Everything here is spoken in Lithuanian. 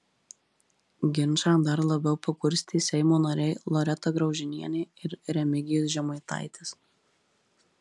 ginčą dar labiau pakurstė seimo nariai loreta graužinienė ir remigijus žemaitaitis